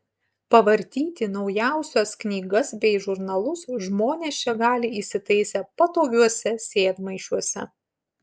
pavartyti naujausias knygas bei žurnalus žmonės čia gali įsitaisę patogiuose sėdmaišiuose